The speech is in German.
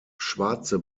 schwarze